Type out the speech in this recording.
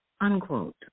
unquote